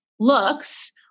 looks